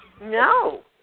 No